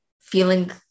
feeling